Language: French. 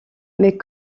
mais